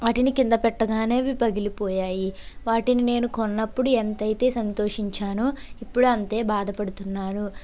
వాటిని కింద పెట్టగానే అవి పగిలిపోయాయి వాటిని నేను కొన్నప్పుడు ఎంత అయితే సంతోషించానో ఇప్పుడు అంతే బాధపడుతున్నాను